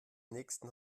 nächsten